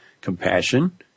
compassion